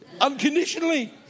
unconditionally